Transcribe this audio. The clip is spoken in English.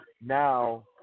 now